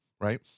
right